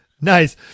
Nice